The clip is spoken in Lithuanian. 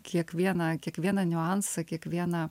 kiekvieną kiekvieną niuansą kiekvieną